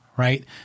right